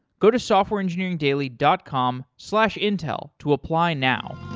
go to softwareengineeringdaily dot com slash intel to apply now.